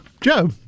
Joe